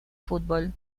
fútbol